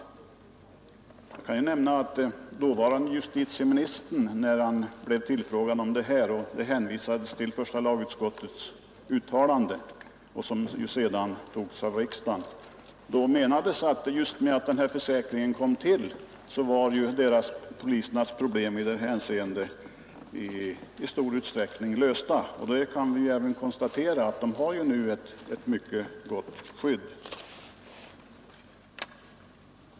Jag kan nämna att när dåvarande justitieministern tillfrågades om första lagutskottets uttalande, som sedan antagits av riksdagen, sade han att i och med att denna försäkring kommit till var polisernas problem i det hänseendet i stor utsträckning lösta. Vi kan ju också i dag konstatera att poliserna har ett mycket gott skydd.